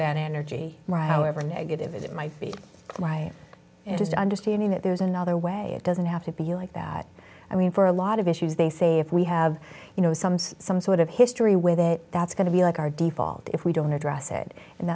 that energy however negative it might be why it is understanding that there's another way it doesn't have to be like that i mean for a lot of issues they say if we have you know some some sort of history with it that's going to be like our default if we don't address it and